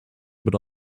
but